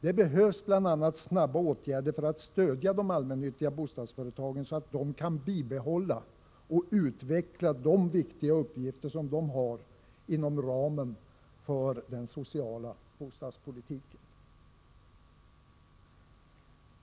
Det behövs bl.a. snara åtgärder för att stödja de allmännyttiga bostadsföretagen, så att de kan bibehålla och utveckla de viktiga uppgifter de har inom ramen för den sociala bostadspolitiken.